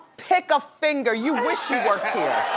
pick a finger, you wish you worked here.